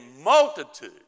multitude